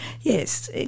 Yes